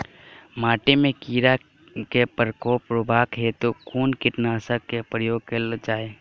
माटि मे कीड़ा केँ प्रकोप रुकबाक हेतु कुन कीटनासक केँ प्रयोग कैल जाय?